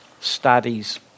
studies